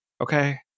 okay